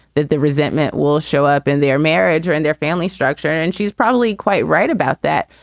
that the resentment will show up in their marriage or in their family structure. and she's probably quite right about that.